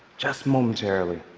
just momentarily,